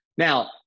Now